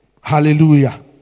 Hallelujah